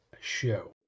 show